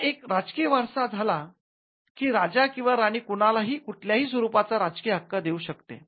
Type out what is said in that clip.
हा एक राजकीय वारसा झाला की राजा किंवा राणी कुणालाही कुठल्याही स्वरूपाचा राजकीय हक्क देऊ शकते